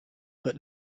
but